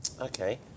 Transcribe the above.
Okay